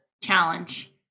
challenge